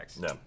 No